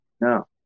No